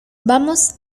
vamos